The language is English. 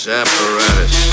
apparatus